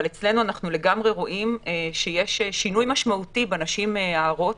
אבל אצלנו אנחנו לגמרי רואים שיש שינוי משמעותי בנשים ההרות